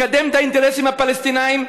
מקדם את האינטרסים הפלסטיניים,